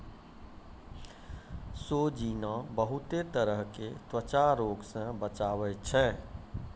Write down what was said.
सोजीना बहुते तरह के त्वचा रोग से बचावै छै